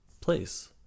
place